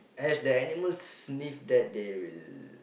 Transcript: as the animals sniff that they